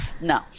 No